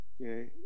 okay